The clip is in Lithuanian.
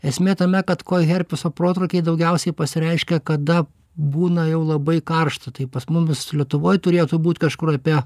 esmė tame kad koherpeso protrūkiai daugiausiai pasireiškia kada būna jau labai karšta tai pas mumis lietuvoj turėtų būt kažkur apie